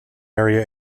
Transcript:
area